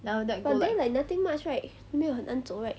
but there like nothing much right 没有很难走 right